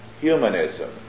humanism